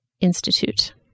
Institute